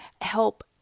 help